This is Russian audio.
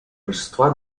большинства